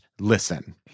Listen